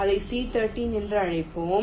அதை C 13 என்று அழைப்போம்